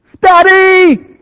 Daddy